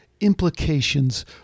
implications